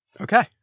Okay